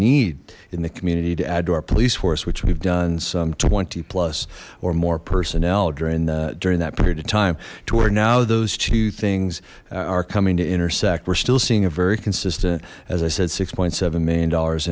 need in the community to add to our police force which we've done some twenty plus or more personnel during that during that period of time to where now those two things are coming to intersect we're still seeing a very consistent as i said six seven million dollars